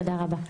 תודה רבה.